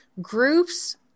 groups